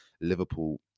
Liverpool